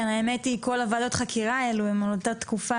כן האמת היא כל ועדות החקירה האלה הן באותה תקופה